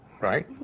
Right